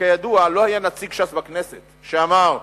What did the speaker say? שכידוע לא היה נציג ש"ס בכנסת, שאמר: